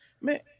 man